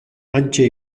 hantxe